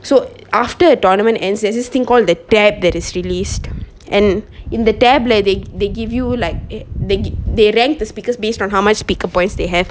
so after a tournament ends there's this thing called the tab that is released and in the tab like they they give you like err they they ranked the speakers based on how much speaker points they have